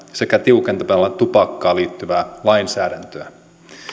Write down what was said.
sekä tiukentamalla tupakkaan liittyvää lainsäädäntöä